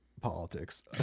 politics